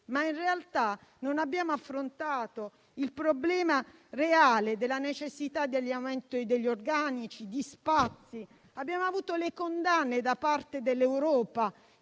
ma in realtà non abbiamo affrontato il problema reale della necessità di adeguamento degli organici e degli spazi. Abbiamo avuto condanne da parte dell'Europa.